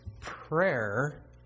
Prayer